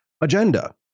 agenda